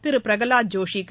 Thiru Pralhad ஜோஷிக்கு